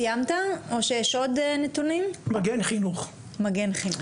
מגן חינוך,